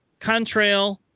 Contrail